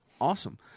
Awesome